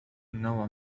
نوع